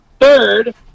third